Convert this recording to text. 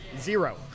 Zero